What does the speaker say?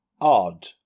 odd